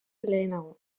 lehenago